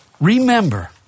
remember